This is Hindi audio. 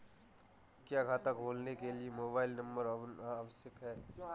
क्या खाता खोलने के लिए मोबाइल नंबर होना आवश्यक है?